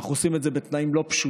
אנחנו עושים את זה בתנאים לא פשוטים.